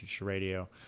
Radio